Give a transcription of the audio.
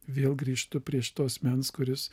vėl grįžtu prie šito asmens kuris